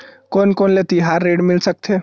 कोन कोन ले तिहार ऋण मिल सकथे?